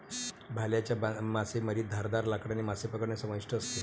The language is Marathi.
भाल्याच्या मासेमारीत धारदार लाकडाने मासे पकडणे समाविष्ट असते